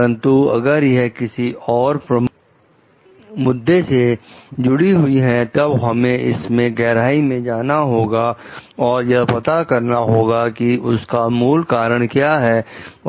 परंतु अगर यह किसी और प्रमुख मुद्दे से जुड़ी हुई हैं तब हमें इसमें गहराई में जाना होगा और यह पता करना होगा कि उसका मूल कारण क्या है